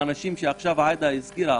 שעכשיו עאידה הזכירה,